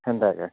ସେମ୍ତା ଏକା